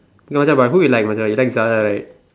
okay Macha who you like Macha you like Zara right